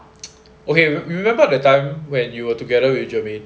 okay you remember the time when you were together with germaine